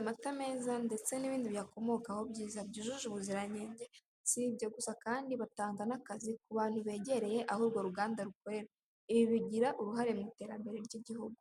amata meza ndetse n'ibindi biyakomokaho byiza byujuje ubuziranenge, si ibyo gusa kandi batanga n'akazi ku bantu begereye aho urwo ruganda rukorera, ibi bigira uruhare mu iterambere ry'igihugu.